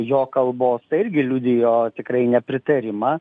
jo kalbos tai irgi liudijo tikrai nepritarimą